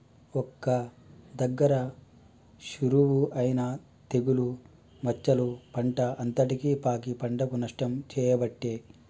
ఒక్క దగ్గర షురువు అయినా తెగులు మచ్చలు పంట అంతటికి పాకి పంటకు నష్టం చేయబట్టే